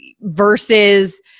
versus